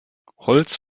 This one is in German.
holz